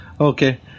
Okay